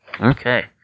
Okay